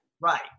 Right